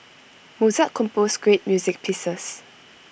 Mozart composed great music pieces